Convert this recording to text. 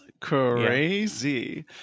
crazy